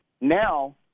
Now